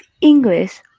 English